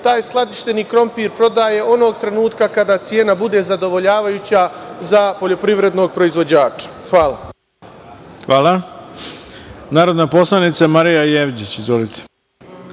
taj skladišteni krompir prodaje onog trenutka kada cena bude zadovoljavajuća za poljoprivrednog proizvođača. Hvala. **Ivica Dačić** Hvala. Reč ima narodna poslanica Marija Jevđić. Izvolite.